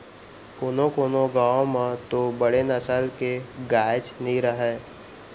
कोनों कोनों गॉँव म तो बड़े नसल के गायेच नइ रहय